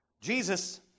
Jesus